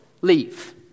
leave